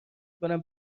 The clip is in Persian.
میکنم